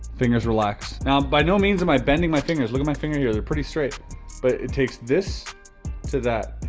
fingers relax. now by no means, am i bending my fingers? look at my finger here, they're pretty straight but it takes this to that,